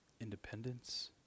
independence